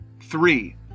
three